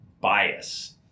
bias